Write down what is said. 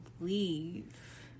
leave